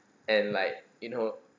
and like you know